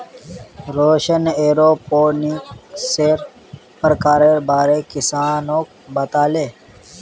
रौशन एरोपोनिक्सेर प्रकारेर बारे किसानक बताले